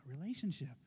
relationship